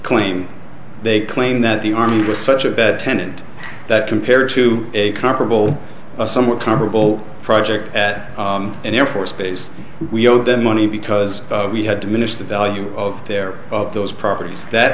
claim they claim that the army was such a bad tenant that compared to a comparable a somewhat comparable project at an air force base we owed them money because we had diminished the value of their of those properties that